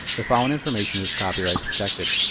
the following information is copyright protected.